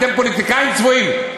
אתם פוליטיקאים צבועים.